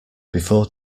before